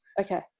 Okay